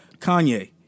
Kanye